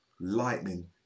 lightning